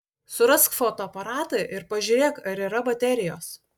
surask fotoaparatą ir pažiūrėk ar yra baterijos